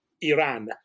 Iran